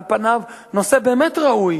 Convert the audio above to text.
על פניו נושא באמת ראוי,